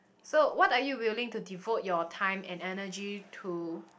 so what are you willing to devote your time and energy to